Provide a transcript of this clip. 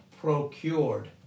procured